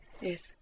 Yes